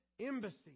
embassy